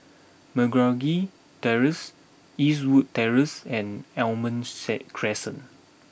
Meragi Terrace Eastwood Terrace and Almond set Crescent